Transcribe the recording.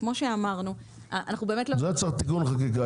וכמו שאמרנו --- זה צריך תיקון חקיקה,